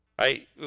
right